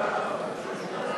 ההצעה